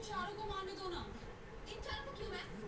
हमारा के check book मगावे के बा?